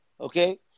Okay